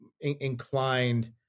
inclined